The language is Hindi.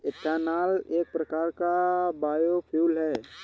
एथानॉल एक प्रकार का बायोफ्यूल है